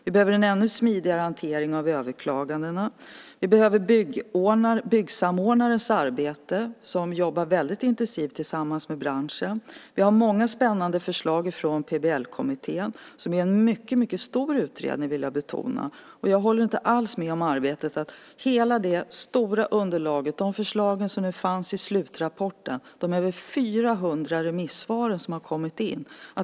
Vi behöver en ännu smidigare hantering av överklaganden. Vi behöver byggsamordnare, som jobbar intensivt tillsammans med branschen. Det har kommit många spännande förslag från PBL-kommittén, som - det vill jag betona - har gjort en stor utredning. Jag håller inte alls med om det som har sagts om det arbetet i debatten. De förslag som fanns i slutrapporten bygger på ett mycket stort underlag, och mer än 400 remissvar har kommit in.